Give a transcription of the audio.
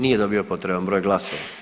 Nije dobio potreban broj glasova.